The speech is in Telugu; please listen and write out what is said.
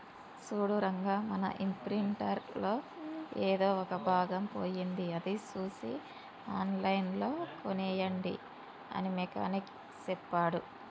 సూడు రంగా మన ఇంప్రింటర్ లో ఎదో ఒక భాగం పోయింది అది సూసి ఆన్లైన్ లో కోనేయండి అని మెకానిక్ సెప్పాడు